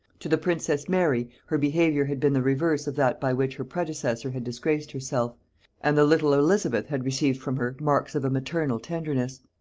to the princess mary her behaviour had been the reverse of that by which her predecessor had disgraced herself and the little elizabeth had received from her marks of a maternal tenderness.